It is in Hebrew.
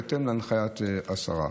בהתאם להנחיית השרה.